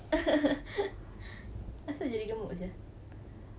kenapa jadi gemuk sia